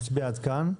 נצביע עד כאן.